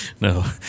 No